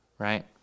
right